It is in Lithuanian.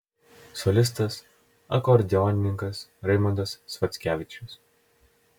solistas akordeonininkas raimondas sviackevičius